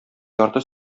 ярты